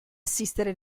assistere